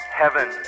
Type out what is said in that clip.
heaven